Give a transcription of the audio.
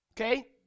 Okay